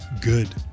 good